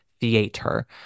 theater